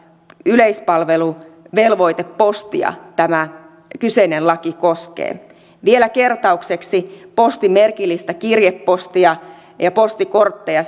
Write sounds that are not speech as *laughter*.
yleispalveluvelvoitepostia tämä kyseinen laki koskee vielä kertaukseksi postimerkillistä kirjepostia ja postikortteja *unintelligible*